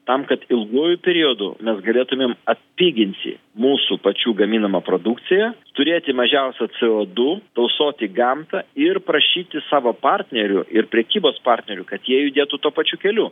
tam kad ilguoju periodu mes galėtumėm atpiginti mūsų pačių gaminamą produkciją turėti mažiausią co du tausoti gamtą ir prašyti savo partnerių ir prekybos partnerių kad jie judėtų tuo pačiu keliu